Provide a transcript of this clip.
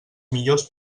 millors